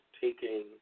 taking